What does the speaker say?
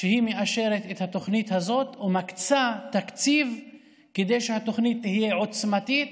שהיא מאשרת את התוכנית הזאת ומקצה תקציב כדי שהתוכנית תהיה עוצמתית